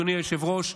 אדוני היושב-ראש,